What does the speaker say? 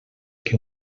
que